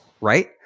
Right